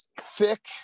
thick